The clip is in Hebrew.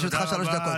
לרשותך שלוש דקות.